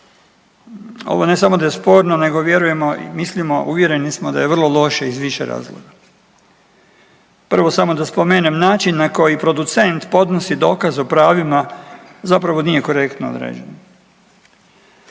Ovo ne samo da je sporno, nego vjerujemo i mislimo, uvjereni smo da je vrlo loše iz više razloga. Prvo samo da spomenem način na koji producent podnosi dokaz o pravima zapravo nije korektno određeno.